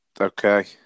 Okay